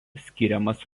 skiriamas